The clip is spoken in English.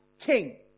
king